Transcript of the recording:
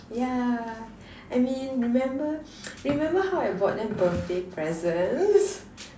ya I mean remember remember how I bought them birthday presents